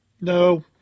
No